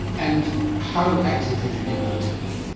and how active had you been politically,